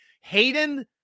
Hayden